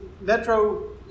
Metro